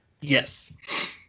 Yes